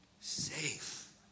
safe